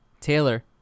Taylor